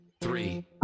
three